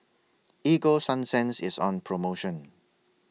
Ego Sunsense IS on promotion